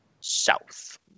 South